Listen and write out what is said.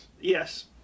Yes